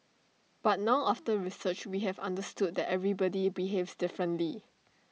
but now after research we have understood that everybody behaves differently